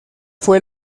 fue